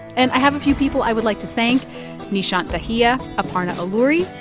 and i have a few people i would like to thank nishant dahiya, aparna alluri,